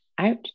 out